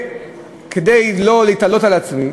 כדי לא להתעלות על עצמי,